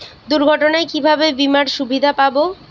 দুর্ঘটনায় কিভাবে বিমার সুবিধা পাব?